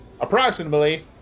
approximately